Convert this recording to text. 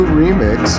remix